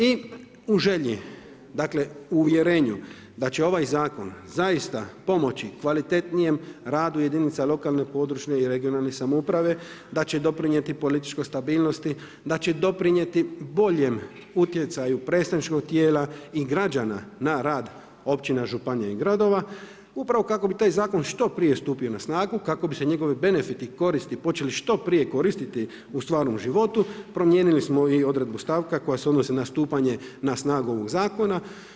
I u želji dakle u uvjerenju da će ovaj zakon zaista pomoći kvalitetnijem radu jedinice lokalne (regionalne) i područne samouprave, da će doprinijeti političkoj stabilnosti, da će doprinijeti boljem utjecaju predstavničkog tijela i građana na rad općina, županija i gradova upravo kako bi taj zakon što prije stupio na snagu, kako bi se njegovi benefiti, koristi počeli što prije koristiti u stvarnom životu promijenili smo i odredbu stavka koja se odnosi na stupanje na snagu ovog zakona.